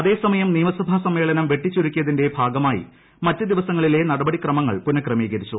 അതേസമയം നിയമസഭാസമ്മേളനം വെട്ടിച്ചുരുക്കിയതിന്റെ ഭാഗമായി മറ്റു ദിവസങ്ങളിലെ നടപടിക്രമങ്ങൾ പുനക്രമീകരിച്ചു